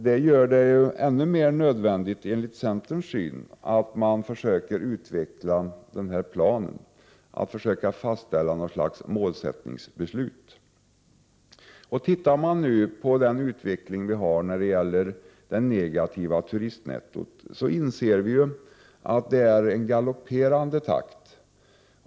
Det gör det, enligt centerns syn, ännu mer nödvändigt att försöka utveckla en plan, att fastställa en målsättning. Om man studerar utvecklingen när det gäller det negativa turistnettot inser man att den sker i en galopperande takt.